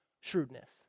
shrewdness